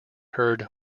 heard